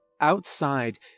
Outside